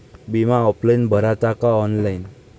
बिमा ऑफलाईन भराचा का ऑनलाईन?